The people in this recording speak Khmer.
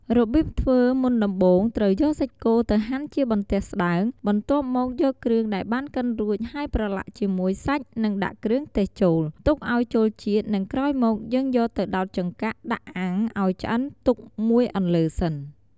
រប្រៀបធ្វើមុនដំបូងត្រូវយកសាច់គោទៅហាន់ជាបន្ទះស្តើង បន្ទាប់មកយកគ្រឿងដែលបានកិនរួចហើយប្រឡាក់ជាមួយសាច់និងដាក់ គ្រឿងទេសចូល ទុកឲ្យចូលជាតិនិងក្រោយមកយើងយកទៅដោតចង្កាក់ដាក់អាំងឲ្យឆ្អិនទុកមួយអន្លើសិន។